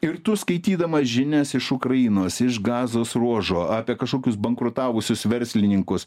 ir tu skaitydamas žinias iš ukrainos iš gazos ruožo apie kažkokius bankrutavusius verslininkus